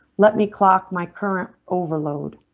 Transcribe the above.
let me clock my current overload.